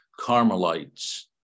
carmelites